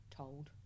told